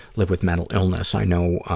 live with mental illness. i know, ah,